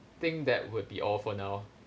think that would be all for now